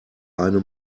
eine